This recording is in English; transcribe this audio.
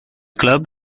club